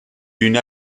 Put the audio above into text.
une